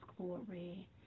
Glory